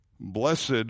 Blessed